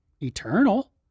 eternal